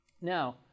Now